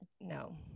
no